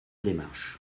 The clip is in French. démarche